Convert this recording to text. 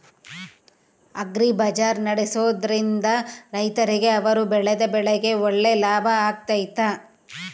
Agri bazaar ನಡೆಸ್ದೊರಿಂದ ರೈತರಿಗೆ ಅವರು ಬೆಳೆದ ಬೆಳೆಗೆ ಒಳ್ಳೆ ಲಾಭ ಆಗ್ತೈತಾ?